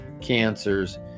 cancers